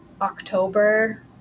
October